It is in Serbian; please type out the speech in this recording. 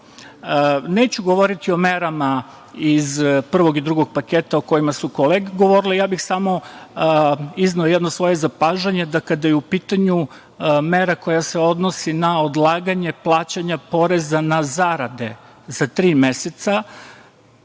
govoriti o merama iz prvog i drugog paketa o kojima su kolege govorile, ja bih samo izneo jedno svoje zapažanje da kada je u pitanju mera koja se odnosi na odlaganje plaćanja poreza na zarade za tri meseca.